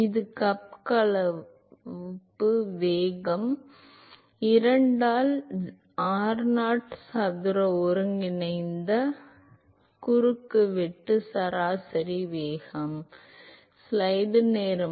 எனவே கப் கலப்பு வேகம் 2 ஆல் r0 சதுர ஒருங்கிணைந்த 0 முதல் r0 u rdr வரை இருக்கும் இது கலவை கோப்பையின் வரையறை அல்லது குறுக்குவெட்டு சராசரி வேகம்